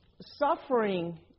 suffering